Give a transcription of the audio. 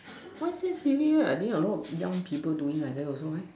why so serious I mean a lot of young people doing like that also right